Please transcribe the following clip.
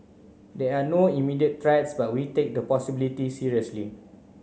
there are no immediate threats but we take the possibility seriously